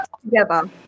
together